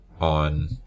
on